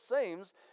seems